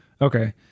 Okay